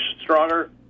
stronger